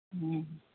ᱦᱮᱸ